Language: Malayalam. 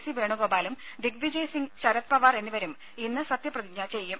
സി വേണു ഗോപാലും ദിഗ് വിജയ് സിംഗ് ശരത് പവാർ എന്നിവരും ഇന്ന് സത്യപ്രതിജ്ഞ ചെയ്യും